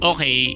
Okay